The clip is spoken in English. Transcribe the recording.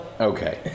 okay